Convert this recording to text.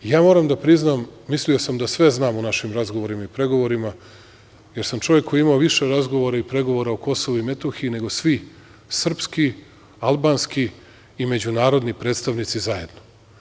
Ja moram da priznam, mislio sam da sve znam o našim razgovorima i pregovorima jer sam čovek koji je imao više razgovora i pregovora o Kosovu i Metohiji, nego svi srpski, albanski i međunarodni predstavnici zajedno.